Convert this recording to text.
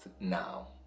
now